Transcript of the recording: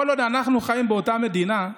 כל עוד אנחנו חיים באותה מדינה,